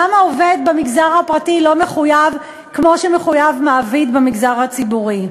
למה עובד במגזר הפרטי לא מחויב כמו שמחויב מעביד במגזר הציבורי?